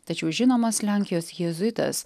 tačiau žinomas lenkijos jėzuitas